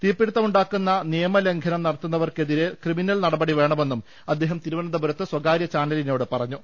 തീപിടുത്തമു ണ്ടാക്കുന്ന നിയമലംഘനം നടത്തുന്നവർക്കെതിരെ ക്രിമിനൽ നടപടിവേ ണമെന്നും അദ്ദേഹം തിരുവനന്തപുരത്ത് സ്വകാരൃ ചാനലിനോട് പറഞ്ഞു